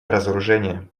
разоружения